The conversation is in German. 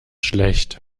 schlecht